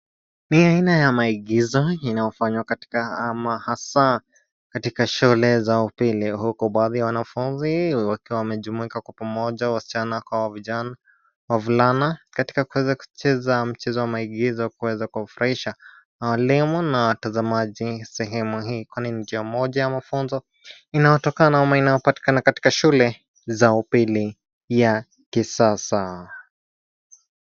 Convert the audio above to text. Ni aina ya maigizo inayofanywa katika ama hasa katika shule za upili huku baadhi ya wanafunzi wakiwa wamejumuika kwa pamoja wasichana kwa wavulana katika kuweza kucheza mchezo wa maigizo kuweza kuwafurahisha walimu na watazamji sehemu hii kwani ni njia moja ya mafunzo inayotokana ama inayopatikana katika shule za upili ya kisasa.